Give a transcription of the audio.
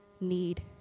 need